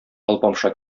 алпамша